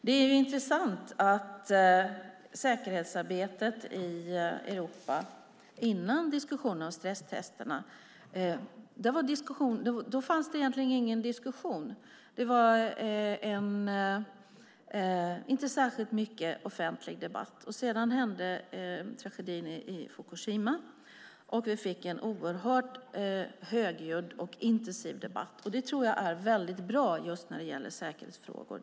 Det är intressant att det före diskussionen om stresstesterna egentligen inte fanns någon diskussion om säkerhetsarbetet i Europa. Det var inte särskilt mycket offentlig debatt. Sedan hände tragedin i Fukushima, och vi fick en oerhört högljudd och intensiv debatt. Jag tror att det är väldigt bra just när det gäller säkerhetsfrågor.